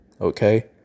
okay